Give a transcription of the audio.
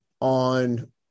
on